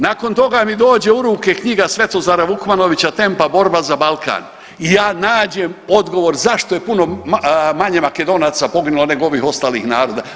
Nakon toga mi dođe u ruke knjiga Svetozara Vukmanovića Tempa Borba za Balkan i ja nađem odgovor zašto je puno manje Makedonaca poginulo nego ovih ostalih naroda.